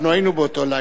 אנחנו היינו באותו לילה.